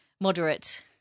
moderate